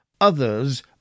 Others